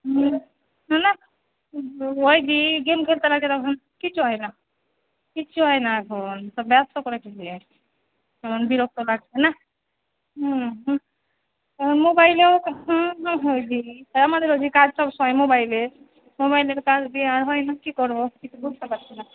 হুম নাহ ওই কি গেম খেলতে লাগে তখন কিচ্ছু হয় না কিচ্ছু হয় না এখন সব ব্যস্ত করে ফেলছে এখন বিরক্ত লাগছে নাহ হুম হুম ওর মোবাইলেও আমাদেরও যে কাজটাজ হয় মোবাইলে মোবাইলে চার্জ দেওয়া আর হয় না কী করবো কিছু বুঝতে পারছি না